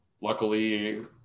Luckily